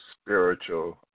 spiritual